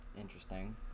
interesting